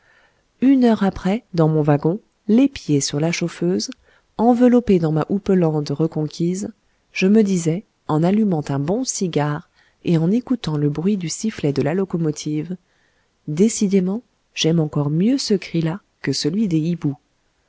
une heure après dans mon wagon les pieds sur la chauffeuse enveloppé dans ma houppelande reconquise je me disais en allumant un bon cigare et en écoutant le bruit du sifflet de la locomotive décidément j'aime encore mieux ce cri là que celui des hiboux